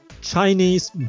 Chinese